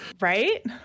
right